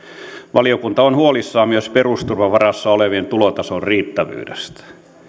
valiokunta on huolissaan myös perusturvan varassa olevien tulotason riittävyydestä